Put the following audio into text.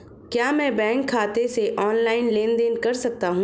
क्या मैं बैंक खाते से ऑनलाइन लेनदेन कर सकता हूं?